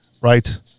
right